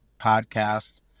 podcast